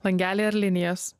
langeliai ar linijos